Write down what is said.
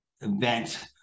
event